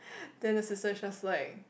then the sister is just like